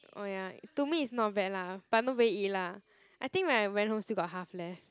oh ya to me it's not bad lah but nobody eat lah I think when I went home still got half left